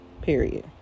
Period